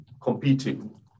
competing